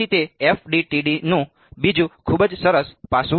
તેથી તે FDTD નું બીજું ખૂબ જ સરસ પાસું છે